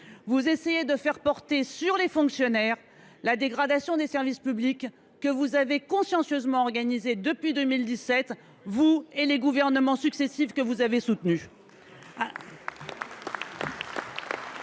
vous essayez de faire porter sur les fonctionnaires la responsabilité de la dégradation des services publics que vous avez consciencieusement organisée depuis 2017, vous et les gouvernements successifs que vous avez soutenus.